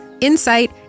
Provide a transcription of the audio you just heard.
insight